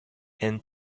end